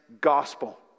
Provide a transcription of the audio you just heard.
gospel